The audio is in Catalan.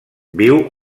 viu